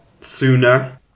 sooner